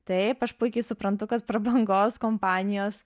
taip aš puikiai suprantu kad prabangos kompanijos